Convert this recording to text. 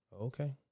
Okay